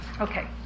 Okay